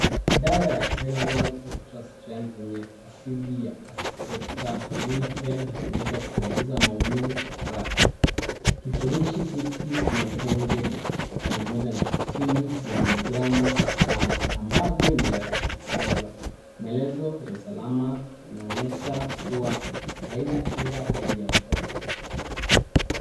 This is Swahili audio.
Dawa ya tynol extra strength enye asidi ya acetamiphone hutumika kupunguza maumivu kwa haraka. kifurushi hiki kina vindonge mia moja hamsini vya milikiramu mia tano ambavyoni rahisi kumeza, maelezo ya usalama yanaonyesha kuwa haina kinga dhidi ya watoto.